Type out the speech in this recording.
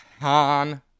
han